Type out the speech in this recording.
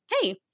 hey